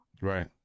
right